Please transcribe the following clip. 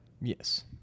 Yes